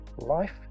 life